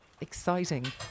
exciting